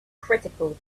critical